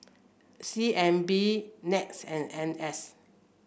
C N B NETS and N S